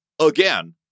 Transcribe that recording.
again